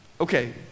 Okay